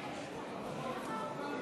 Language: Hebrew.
רבותיי, אנחנו עוברים